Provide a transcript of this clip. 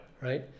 right